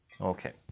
Okay